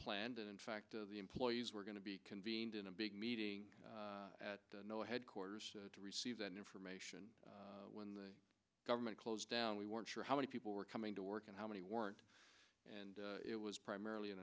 planned and in fact of the employees were going to be convened in a big meeting at no headquarters to receive that information when the government closed down we weren't sure how many people were coming to work and how many weren't and it was primarily an